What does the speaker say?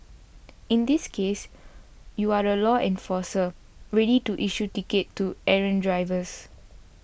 in this case you are the law enforcer ready to issue tickets to errant drivers